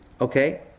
Okay